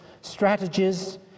strategies